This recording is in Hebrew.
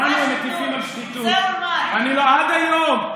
לנו הם מטיפים על שחיתות, עד היום.